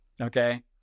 okay